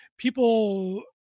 People